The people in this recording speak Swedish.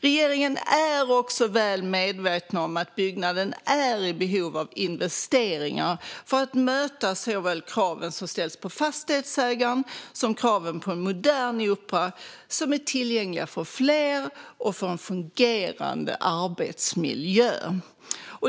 Regeringen är väl medveten om att byggnaden är i behov av investeringar för att möta såväl kraven som ställs på fastighetsägaren som kraven på en modern opera som är tillgänglig för fler och utgör en fungerande arbetsmiljö.